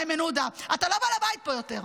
איימן עודה, אתה לא בעל הבית פה יותר.